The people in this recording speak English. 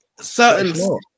certain